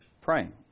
praying